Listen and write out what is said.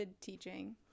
teaching